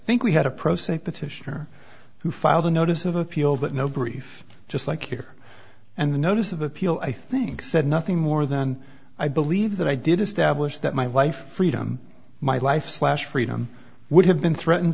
petitioner who filed a notice of appeal that no brief just like here and the notice of appeal i think said nothing more than i believe that i did establish that my wife freedom my life flash freedom would have been threatened